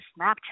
Snapchat